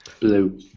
Blue